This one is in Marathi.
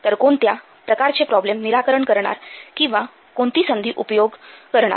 तर आपण कोणत्या प्रकारचे प्रॉब्लेम निराकरण करणार किंवा कोणती संधी उपयोग करणार